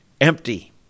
empty